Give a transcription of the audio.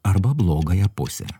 arba blogąją pusę